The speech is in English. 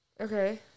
Okay